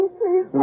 please